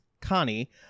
Connie